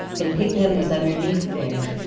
and pigpen was underneath there.